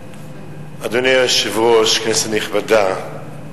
אדוני היושב-ראש, כנסת נכבדה,